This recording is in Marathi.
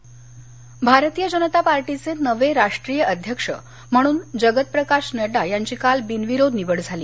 भाजपा अध्यक्ष भारतीय जनता पार्टीचे नवे राष्ट्रीय अध्यक्ष म्हणून जगत प्रकाश नङ्डा यांची काल बिनविरोध निवड झाली